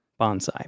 bonsai